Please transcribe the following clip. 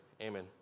amen